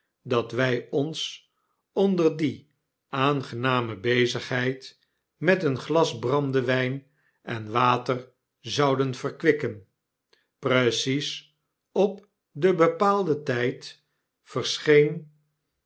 dat wy ons onder die aangename bezigheid met een glas brandewyn en water zouden verkwikken precies op den bepaalden tyd verscheen